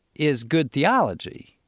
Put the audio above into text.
is good theology,